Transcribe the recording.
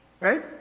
right